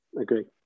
agree